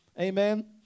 amen